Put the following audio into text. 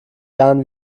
jahren